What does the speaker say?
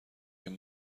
این